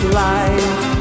life